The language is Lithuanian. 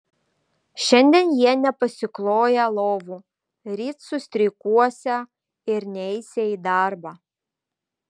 šiandien jie nepasikloją lovų ryt sustreikuosią ir neisią į darbą